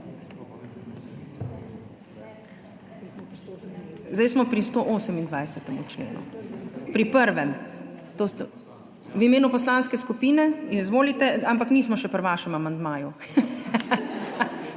Zdaj smo pri 128. členu, pri prvem. V imenu poslanske skupine? Izvolite, ampak nismo še pri vašem amandmaju.